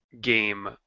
game